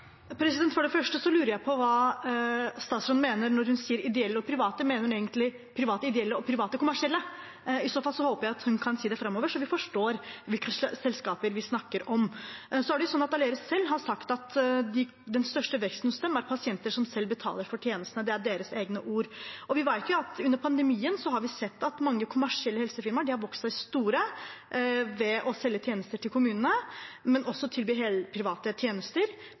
For det første lurer jeg på hva statsråden mener når hun sier ideelle og private. Mener hun egentlig private ideelle og private kommersielle? I så fall håper jeg hun kan si det framover, så vi forstår hvilke selskaper vi snakker om. Aleris har selv sagt at den største veksten hos dem er pasienter som selv betaler for tjenestene. Det er deres egne ord. Og vi vet jo at vi under pandemien har sett at mange kommersielle helsefirmaer har vokst seg store ved å selge tjenester til kommunene, men også ved å tilby private tjenester.